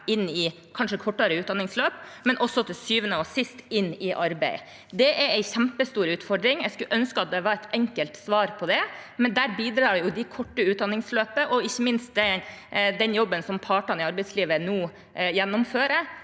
Muntlig spørretime 2023 også til syvende og sist i arbeid? Det er en kjempestor utfordring. Jeg skulle ønske at det var et enkelt svar på det, men der bidrar de korte utdanningsløpene og ikke minst den jobben som partene i arbeidslivet nå gjennomfører,